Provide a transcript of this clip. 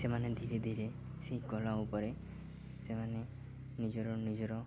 ସେମାନେ ଧୀରେ ଧୀରେ ସେଇ କଳା ଉପରେ ସେମାନେ ନିଜର ନିଜର